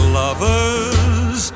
lovers